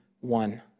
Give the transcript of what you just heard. one